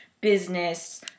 business